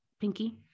Pinky